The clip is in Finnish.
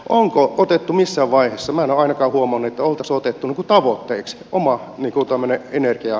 onko otettu missä vaiheessa meillä ainakaan huomanneet oltas otettu tavoitteeksi oma kutomanä energia